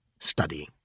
studying